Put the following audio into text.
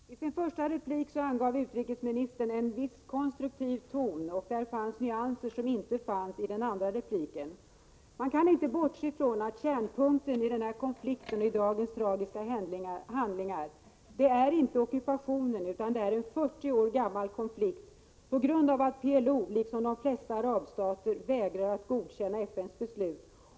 Herr talman! I sitt första inlägg angav utrikesministern en viss konstruktiv ton och där fanns nyanser som inte fanns i det andra inlägget. Man kan inte bortse ifrån att kärnpunkten i denna konflikt och dagens tragiska händelser inte är ockupationen utan en 40 år gammal konflikt som har sin grund i att PLO, liksom de flesta arabstater, vägrar att godkänna FN:s beslut.